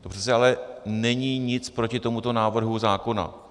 To přece ale není nic proti tomuto návrhu zákona.